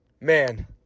man